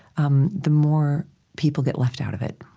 um the more people get left out of it.